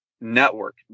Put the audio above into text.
network